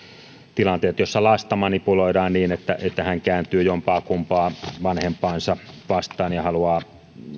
tilanteet joissa lasta manipuloidaan niin että että hän kääntyy jompaakumpaa vanhempaansa vastaan ja haluaa